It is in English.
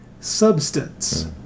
substance